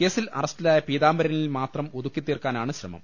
കേസിൽ അറസ്റ്റിലായ പീതാംബരനിൽ മാത്രം ഒതുക്കിതീർക്കാനാണ് ശ്രമം